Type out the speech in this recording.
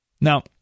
Now